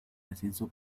ascenso